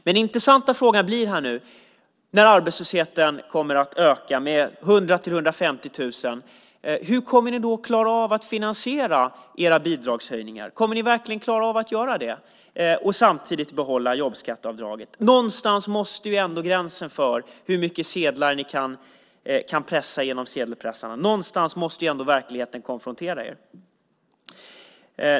Den intressanta frågan blir: Om arbetslösheten ökar med 100 000-150 000, hur kommer ni då att klara av att finansiera era bidragshöjningar och samtidigt behålla jobbskatteavdraget? Någonstans måste ändå gränsen för hur mycket sedlar ni kan pressa i sedelpressarna gå. Någonstans måste ni ändå konfronteras med verkligheten.